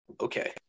Okay